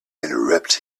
interrupt